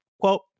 Quote